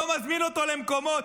לא מזמין אותו למקומו,